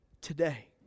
today